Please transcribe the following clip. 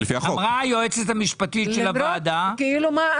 אמרה היועצת המשפטית של הוועדה --- כאילו מה,